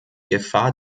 gefahr